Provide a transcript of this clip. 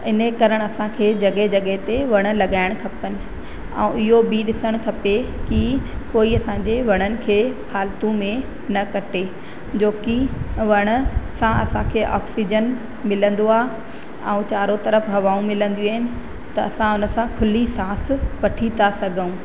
इन जे कारण असांखे जॻहि जॻहि ते वण लॻाइण खपनि ऐं इहो बि ॾिसणु खपे कि कोई असांजे वणनि खे फ़ालतू में न कटे छोकी वण सां असांखे ऑक्सीजन मिलंदो आहे ऐं चारो तरफ़ि हवाऊं मिलंदियूं आहिनि त असां उन सां खुली सांस वठी था सघूं